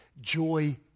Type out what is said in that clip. Joy